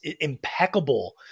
impeccable